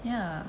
ya